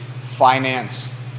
finance